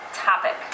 topic